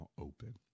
open